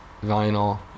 vinyl